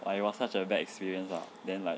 but it was such a bad experience lah then like